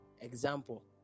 Example